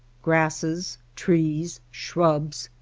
grasses, trees, shrubs,